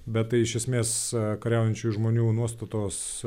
bet tai iš esmės kariaujančių žmonių nuostatos